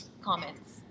Comments